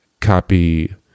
copy